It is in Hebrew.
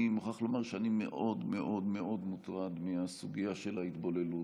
אני מוכרח לומר שאני מאוד מאוד מוטרד מהסוגיה של ההתבוללות.